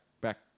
Back